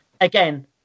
Again